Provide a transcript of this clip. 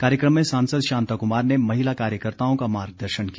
कार्यक्रम में सांसद शांता कुमार ने महिला कार्यकर्ताओं का मार्गदर्शन किया